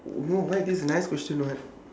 no why this is a nice question [what]